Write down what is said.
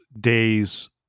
days